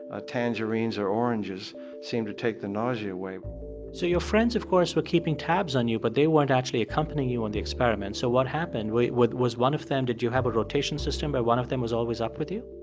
ah tangerines or oranges seemed to take the nausea away so your friends, of course, were keeping tabs on you, but they weren't actually accompanying you on the experiment. so what happened? was one of them did you have a rotation system by one of them was always up with you?